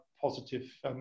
positive